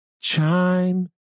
chime